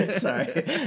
sorry